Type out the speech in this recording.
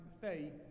faith